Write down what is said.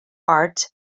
art